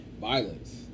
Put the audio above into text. Violence